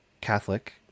Catholic